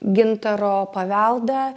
gintaro paveldą